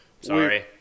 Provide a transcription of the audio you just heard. Sorry